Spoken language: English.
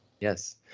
Yes